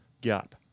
gap